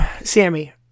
sammy